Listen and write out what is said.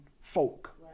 folk